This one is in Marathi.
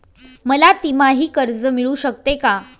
मला तिमाही कर्ज मिळू शकते का?